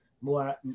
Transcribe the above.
More